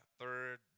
third